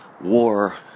war